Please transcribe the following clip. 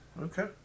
Okay